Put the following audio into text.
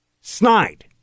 snide